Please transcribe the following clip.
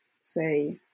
say